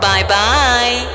Bye-bye